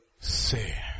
say